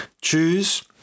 choose